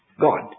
God